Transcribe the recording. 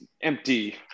empty